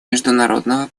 международного